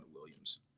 Williams